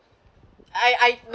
I I but